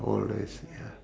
old days ya